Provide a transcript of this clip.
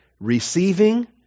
receiving